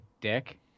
dick